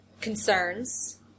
concerns